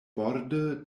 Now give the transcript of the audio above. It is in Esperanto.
borde